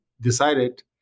decided